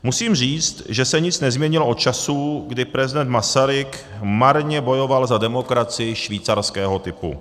Musím říct, že se nic nezměnilo od časů, kdy prezident Masaryk marně bojoval za demokracii švýcarského typu.